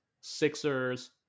Sixers